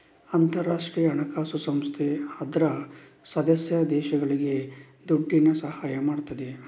ಅಂತಾರಾಷ್ಟ್ರೀಯ ಹಣಕಾಸು ಸಂಸ್ಥೆ ಅದ್ರ ಸದಸ್ಯ ದೇಶಗಳಿಗೆ ದುಡ್ಡಿನ ಸಹಾಯ ಮಾಡ್ತದೆ